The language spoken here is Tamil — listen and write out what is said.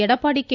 எடப்பாடி கே